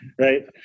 right